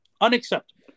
Unacceptable